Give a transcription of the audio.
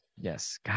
Yes